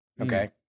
Okay